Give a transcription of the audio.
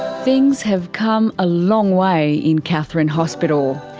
things have come a long way in katherine hospital.